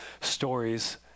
stories